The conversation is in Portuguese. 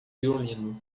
violino